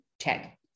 Check